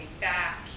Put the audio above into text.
back